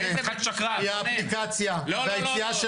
חתיכת שקרן -- כי האפליקציה והיציאה של